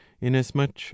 inasmuch